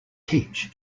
teach